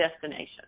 destination